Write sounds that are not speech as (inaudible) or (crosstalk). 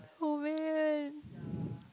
oh man (breath)